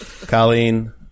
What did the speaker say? Colleen